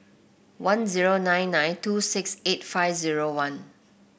one zero nine nine two six eight five zero one